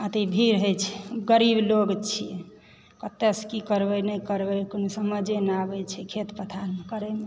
अथी भीड़ होइ छी गरीब लोक छी कतयसँ की करबय नहि करबय कोनो समझे नहि आबैत छै खेत पथार करयमे